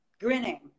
grinning